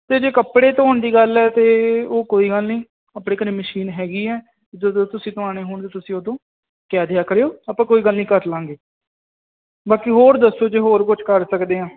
ਅਤੇ ਜੇ ਕੱਪੜੇ ਧੋਣ ਦੀ ਗੱਲ ਹੈ ਤਾਂ ਉਹ ਕੋਈ ਗੱਲ ਨਹੀਂ ਆਪਣੇ ਘਰ ਮਸ਼ੀਨ ਹੈਗੀ ਹੈ ਜਦੋਂ ਤੁਸੀਂ ਪਾਉਣੇ ਹੋਣ ਤੁਸੀਂ ਉਦੋਂ ਕਹਿ ਦਿਆ ਕਰਿਓ ਆਪਾਂ ਕੋਈ ਗੱਲ ਨਹੀਂ ਕਰ ਲਵਾਂਗੇ ਬਾਕੀ ਹੋਰ ਦੱਸੋ ਜੇ ਹੋਰ ਕੁਝ ਕਰ ਸਕਦੇ ਹਾਂ